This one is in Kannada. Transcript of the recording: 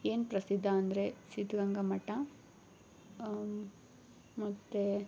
ಏನು ಪ್ರಸಿದ್ಧ ಅಂದರೆ ಸಿದ್ಧಗಂಗಾ ಮಠ ಮತ್ತು